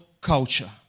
culture